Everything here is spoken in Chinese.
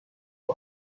有关